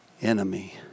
enemy